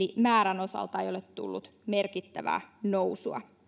määrän osalta ei ole tullut merkittävää nousua